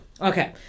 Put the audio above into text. Okay